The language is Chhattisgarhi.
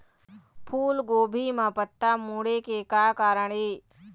फूलगोभी म पत्ता मुड़े के का कारण ये?